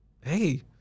Hey